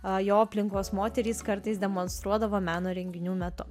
jo aplinkos moterys kartais demonstruodavo meno renginių metu